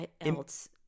else